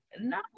No